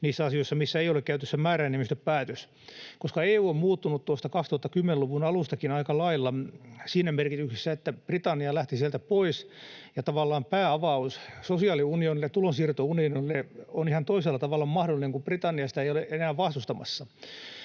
niissä asioissa, missä ei ole käytössä määräenemmistöpäätöstä, koska EU on muuttunut tuosta 2010-luvun alustakin aika lailla siinä merkityksessä, että Britannia lähti sieltä pois, ja tavallaan päänavaus sosiaaliunionille, tulonsiirtounionille, on ihan toisella tavalla mahdollinen, kun Britannia sitä ei ole enää vastustamassa.